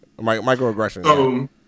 Microaggression